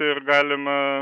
ir galima